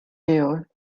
heureux